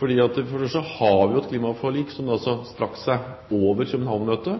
For det første fordi vi har et klimaforlik, som også strakk seg utover København-møtet,